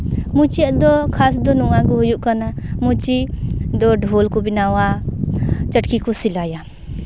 ᱢᱩᱪᱤᱣᱟᱜ ᱫᱚ ᱠᱷᱟᱥ ᱫᱚ ᱱᱚᱣᱟᱜᱮ ᱦᱩᱭᱩᱜ ᱠᱟᱱᱟ ᱢᱩᱪᱤ ᱫᱚ ᱰᱷᱳᱞ ᱠᱚ ᱵᱮᱱᱟᱣᱟ ᱪᱟᱴᱠᱤ ᱠᱚ ᱥᱮᱞᱟᱭᱟ